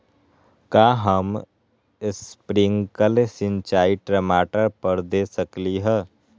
का हम स्प्रिंकल सिंचाई टमाटर पर दे सकली ह?